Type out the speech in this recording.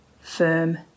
firm